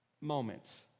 moments